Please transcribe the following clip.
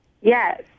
Yes